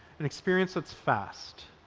an experience that's fast,